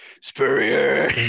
Spurrier